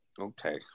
Okay